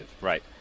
Right